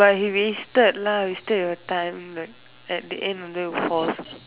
but he wasted lah wasted your time like at the end of that you are force